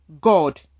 god